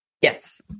Yes